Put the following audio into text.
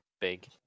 big